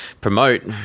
promote